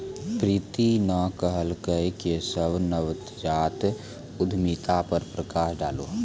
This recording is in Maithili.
प्रीति न कहलकै केशव नवजात उद्यमिता पर प्रकाश डालौ